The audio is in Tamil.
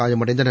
காயமடைந்தனர்